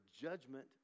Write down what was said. judgment